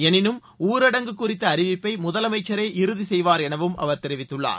எனினும் ஊரடங்குகுறித்த அறிவிப்பை முதலமைச்சரே இறுதி செய்வார் எனவும் அவர் தெரிவித்துள்ளார்